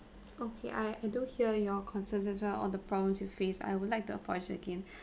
okay I I do hear your concerns as well on the problems you face I would like to apologise again